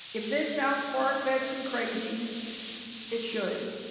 if this sounds far-fetched and crazy it should.